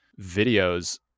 videos